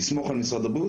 לסמוך על משרד הבריאות.